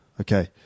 Okay